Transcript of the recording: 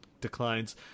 declines